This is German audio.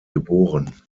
geboren